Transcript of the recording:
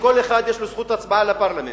שכל אחד יש לו זכות הצבעה לפרלמנט.